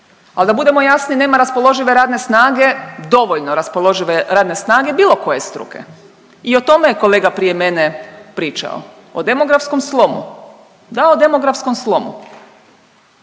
Al da budemo jasni, nema raspoložive radne snage, dovoljno raspoložive radne snage bilo koje struke i o tome je kolega prije mene pričao, o demografskom slomu, da o demografskom slomu.